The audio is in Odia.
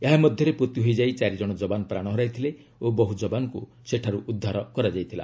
ଏହା ମଧ୍ୟରେ ପୋତି ହୋଇଯାଇ ଚାରି ଜଣ ଯବାନ ପ୍ରାଣ ହରାଇଥିଲେ ଓ ବହୁ ଯବାନଙ୍କୁ ସେଠାରୁ ଉଦ୍ଧାର କରାଯାଇଥିଲା